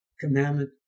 commandment